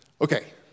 Okay